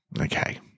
Okay